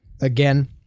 Again